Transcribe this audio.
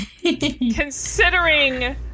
considering